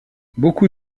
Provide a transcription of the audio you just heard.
beaucoup